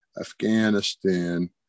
Afghanistan